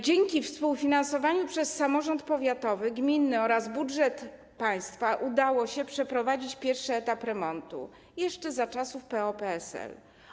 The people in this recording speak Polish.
Dzięki współfinansowaniu przez samorząd powiatowy, gminny oraz budżet państwa udało się przeprowadzić pierwszy etap remontu jeszcze za czasów PO-PSL.